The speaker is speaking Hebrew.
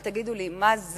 אבל תגידו לי, מה זה?